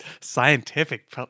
scientific